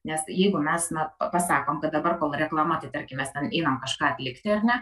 nes jeigu mes na pasakom kad dabar kol reklama tai tarkim mes ten einam kažką atlikti ar ne